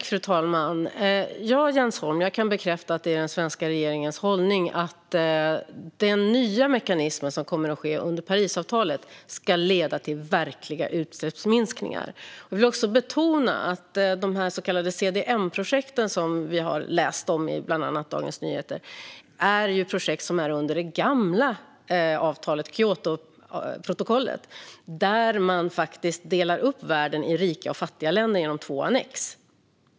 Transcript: Fru talman! Ja, Jens Holm, jag kan bekräfta att det är den svenska regeringens hållning att den nya mekanismen under Parisavtalet ska leda till verkliga utsläppsminskningar. Jag vill också betona att de så kallade CDM-projekt som vi läst om i bland annat Dagens Nyheter är projekt under det gamla Kyotoprotokollet, där man faktiskt delade upp världen i fattiga och rika länder genom två annex.